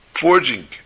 forging